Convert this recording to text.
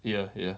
ya ya